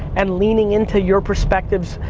and leaning into your perspectives,